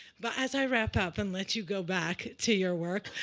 but as i wrap up and let you go back to your work,